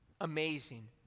amazing